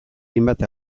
hainbat